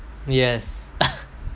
yes